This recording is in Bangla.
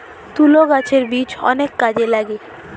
তুলো গাছের বীজ অনেক কাজে লাগে